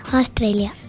Australia